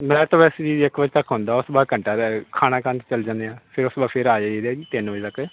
ਮੈਂ ਤਾਂ ਵੈਸੇ ਜੀ ਇੱਕ ਵਜੇ ਤੱਕ ਹੁੰਦਾ ਉਸ ਤੋਂ ਬਾਅਦ ਘੰਟਾ ਖਾਣਾ ਖਾਣ 'ਚ ਚਲ ਜਾਂਦੇ ਆ ਫਿਰ ਉਸ ਤੋਂ ਬਾਅਦ ਫਿਰ ਆ ਜਾਈਦਾ ਜੀ ਤਿੰਨ ਵਜੇ ਤੱਕ